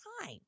time